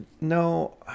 No